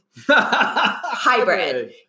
Hybrid